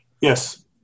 Yes